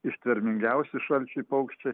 ištvermingiausi šalčiui paukščiai